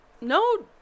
no